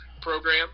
program